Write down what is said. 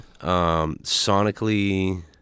sonically